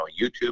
YouTube